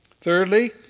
Thirdly